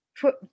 put